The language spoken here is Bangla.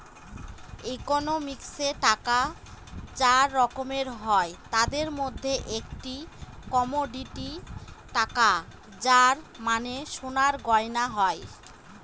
ইকোনমিক্সে টাকা চার রকমের হয় তাদের মধ্যে একটি কমোডিটি টাকা যার মানে সোনার গয়না হয়